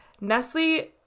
Nestle